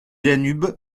danube